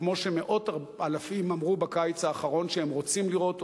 כמו שמאות-אלפים אמרו בקיץ האחרון שהם רוצים לראות,